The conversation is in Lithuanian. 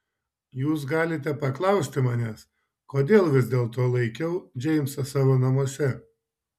jūs galite paklausti manęs kodėl vis dėlto laikiau džeimsą savo namuose